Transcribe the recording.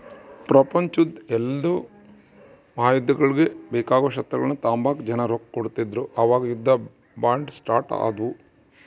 ಪ್ರಪಂಚುದ್ ಎಲ್ಡೂ ಮಹಾಯುದ್ದಗುಳ್ಗೆ ಬೇಕಾಗೋ ಶಸ್ತ್ರಗಳ್ನ ತಾಂಬಕ ಜನ ರೊಕ್ಕ ಕೊಡ್ತಿದ್ರು ಅವಾಗ ಯುದ್ಧ ಬಾಂಡ್ ಸ್ಟಾರ್ಟ್ ಆದ್ವು